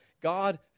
God